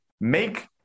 Make